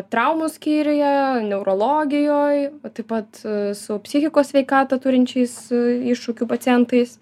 traumų skyriuje neurologijoj taip pat su psichikos sveikata turinčiais iššūkių pacientais